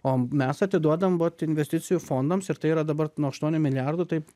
o mes atiduodam vat investicijų fondams ir tai yra dabar nuo aštuonių milijardų taip